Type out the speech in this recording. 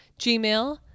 Gmail